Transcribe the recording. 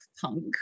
punk